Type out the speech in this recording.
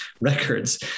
records